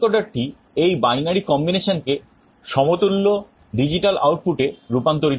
priority encoderটি এই binary combinationকে সমতুল্য ডিজিটাল আউটপুট এ রূপান্তরিত করে